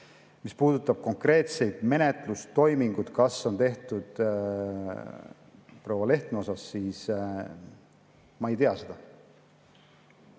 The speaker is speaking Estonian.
Mis puudutab konkreetseid menetlustoiminguid, mis on tehtud proua Lehtme puhul, siis ma ei tea seda.